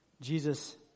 Jesus